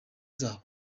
zabo